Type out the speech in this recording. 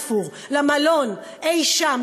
בבלפור למלון אי-שם,